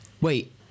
wait